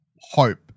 hope